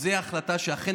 וזו החלטה שאכן